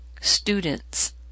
students